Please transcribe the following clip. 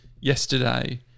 Yesterday